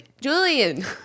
Julian